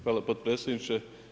Hvala potpredsjedniče.